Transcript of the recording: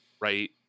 right